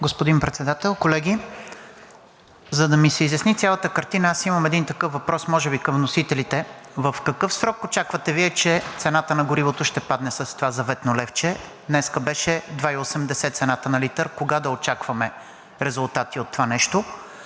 Господин Председател, колеги! За да ми се изясни цялата картина, аз имам един такъв въпрос може би към вносителите: в какъв срок очаквате Вие, че цената на горивото ще падне с това заветно левче? Днес беше 2,80 цената на литър. Кога да очакваме резултати от това нещо?